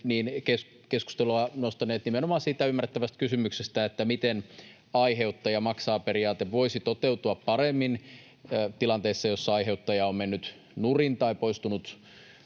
keskustelua nimenomaan siitä ymmärrettävästä kysymyksestä, miten aiheuttaja maksaa -periaate voisi toteutua paremmin tilanteissa, joissa aiheuttaja on mennyt nurin tai poistunut